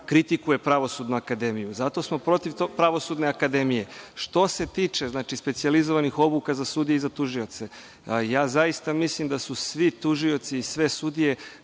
kritikuje Pravosudnu akademiju. Zato smo protiv Pravosudne akademije. Što se tiče specijalizovanih obuka za sudije i za tužioce, ja zaista mislim da su svi tužioci i sve sudije